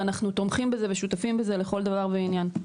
שאנחנו שותפים לו ותומכים בו לכל דבר ועניין.